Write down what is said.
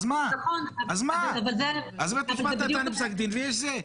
אז בית משפט נתן פסק דין ויש זה.